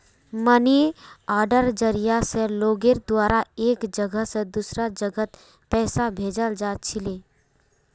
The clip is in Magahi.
मनी आर्डरेर जरिया स लोगेर द्वारा एक जगह स दूसरा जगहत पैसा भेजाल जा छिले